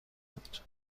بود